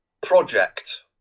project